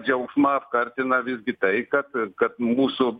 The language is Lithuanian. džiaugsmą apkartina visgi tai kad kad mūsų